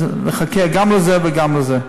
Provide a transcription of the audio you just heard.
אז נחכה גם לזה וגם לזה.